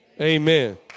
Amen